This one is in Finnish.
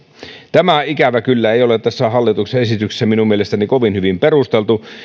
tämä ei ikävä kyllä ole tässä hallituksen esityksessä minun mielestäni kovin hyvin perusteltu